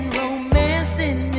romancing